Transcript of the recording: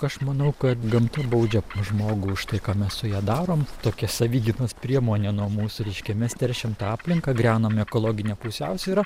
aš manau kad gamta baudžia žmogų už štai ką mes su ja darom tokia savigynos priemonė nuo mūsų reiškia mes teršiam tą aplinką griaunam ekologinę pusiausvyrą